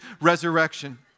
resurrection